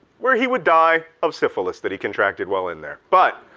where he would die of syphilis that he contracted while in there but